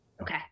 okay